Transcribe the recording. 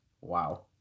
Wow